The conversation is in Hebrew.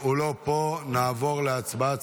הוא לא פה, נעבור להצבעה.